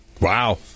wow